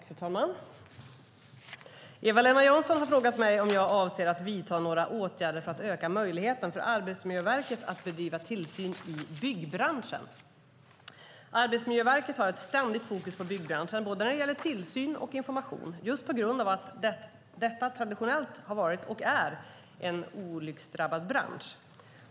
Fru talman! Eva-Lena Jansson har frågat mig om jag avser att vidta några åtgärder för att öka möjligheten för Arbetsmiljöverket att bedriva tillsyn i byggbranschen. Arbetsmiljöverket har ständigt fokus på byggbranschen både när det gäller tillsyn och information just på grund av att detta traditionellt har varit och är en olycksdrabbad bransch.